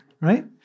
Right